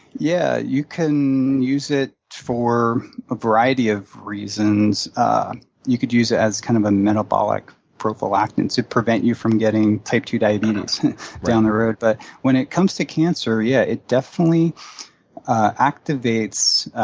yeah, you can use it for a variety of reasons. ah you could use it as kind of a metabolic prophylactic to prevent you from getting type two diabetes down the road. but when it comes to cancer, yeah, it definitely activates